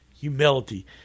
humility